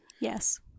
yes